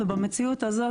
ובמציאות הזאת,